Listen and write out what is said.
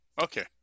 Okay